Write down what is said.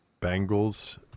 Bengals